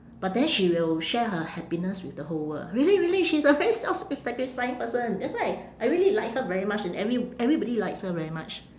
but then she will share her happiness with the whole world really really she's a very self-sacrificing person that's why I really like her very much and every~ everybody likes her very much